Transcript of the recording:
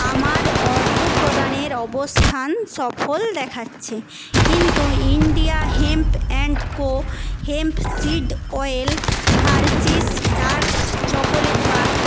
আমার অর্থ প্র্রদানের অবস্থান সফল দেখাচ্ছে কিন্তু India hemp and co hemp seed oil Hershey's dark chocolate bar